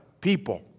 people